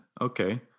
okay